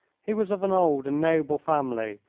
he was of an old and noble family,